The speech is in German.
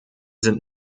sind